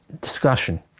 discussion